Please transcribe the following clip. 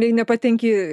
jei nepatenki